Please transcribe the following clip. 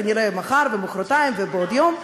כנראה מחר ומחרתיים ובעוד יום.